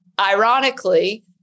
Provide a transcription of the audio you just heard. Ironically